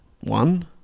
one